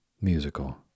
Musical